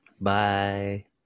Bye